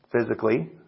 physically